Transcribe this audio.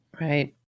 Right